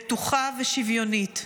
בטוחה ושוויונית.